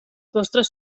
vostres